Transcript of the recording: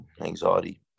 anxiety